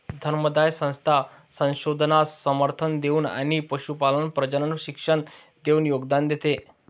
धर्मादाय संस्था संशोधनास समर्थन देऊन आणि पशुपालन प्रजनन शिक्षण देऊन योगदान देते